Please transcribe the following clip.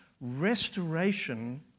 restoration